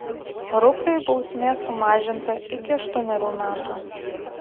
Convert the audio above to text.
rupliui bausmė sumažinta iki aštuonerių metų